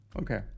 Okay